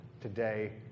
today